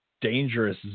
dangerous